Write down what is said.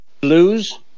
Blues